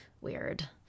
weird